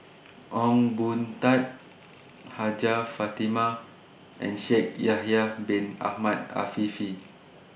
Ong Boon Tat Hajjah Fatimah and Shaikh Yahya Bin Ahmed Afifi